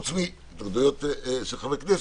התנגדויות של חברי כנסת,